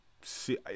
see